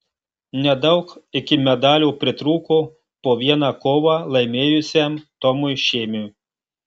nedaug iki medalio pritrūko po vieną kovą laimėjusiam tomui šėmiui